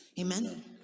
amen